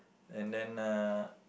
and then uh